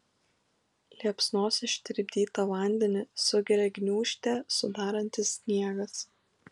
liepsnos ištirpdytą vandenį sugeria gniūžtę sudarantis sniegas